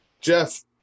jeff